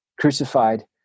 crucified